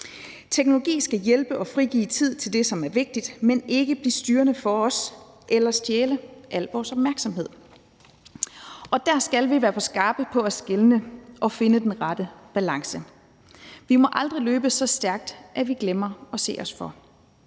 Teknologi skal hjælpe og frigive tid til det, som er vigtigt, men ikke blive styrende for os eller stjæle al vores opmærksomhed. Der skal vi være skarpe på at skelne og finde den rette balance. Vi må aldrig løbe så stærkt, at vi glemmer at se os for.